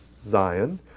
Zion